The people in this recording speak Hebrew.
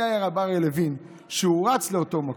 זה היה הרב אריה לוין, שהוא רץ לאותו מקום.